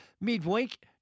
midweek